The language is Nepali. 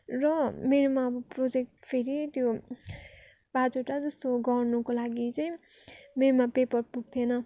र मेरोमा अब प्रोजेक्ट फेरि त्यो पाँचवटा जस्तो गर्नुको लागि चाहिँ मेरोमा पेपर पुग्थेन